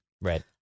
Right